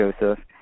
Joseph